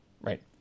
right